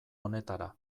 honetara